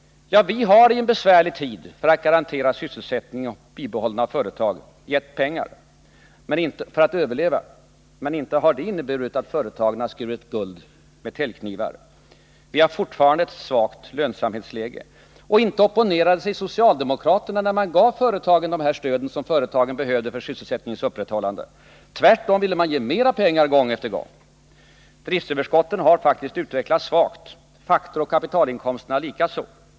Ja, vi har i en besvärlig tid gett pengar för att garantera sysselsättningen och göra det möjligt för företagen att överleva. Men inte har det inneburit att företagen skurit guld med täljknivar. De har fortfarande ett svagt lönsamhetsläge. Och inte opponerade sig socialdemokraterna när vi gav företagen det stöd som de behövde för att kunna upprätthålla sysselsättningen. Tvärtom ville socialdemokraterna gång efter gång ge mera pengar. Driftöverskotten har faktiskt utvecklats svagt, faktoroch kapitalinkomsterna likaså.